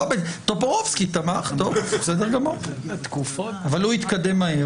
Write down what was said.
אבל הוא התקדם מהר,